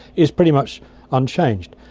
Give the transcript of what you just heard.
is pretty much unchanged.